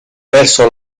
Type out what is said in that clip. verso